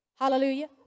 Hallelujah